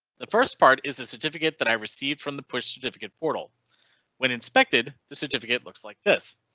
the first part is a certificate that i received from the push certificate portal when inspected the certificate looks like this.